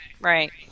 right